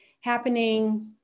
happening